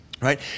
right